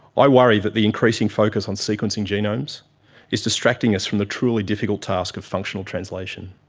i worry that the increasing focus on sequencing genomes is distracting us from the truly difficult task of functional translation.